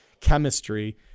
chemistry